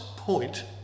Point